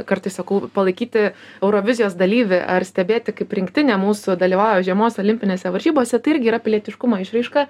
kartais sakau palaikyti eurovizijos dalyvį ar stebėti kaip rinktinė mūsų dalyvauja žiemos olimpinėse varžybose tai irgi yra pilietiškumo išraiška